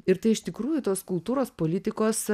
ir tai iš tikrųjų tos kultūros politikos